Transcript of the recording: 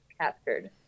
captured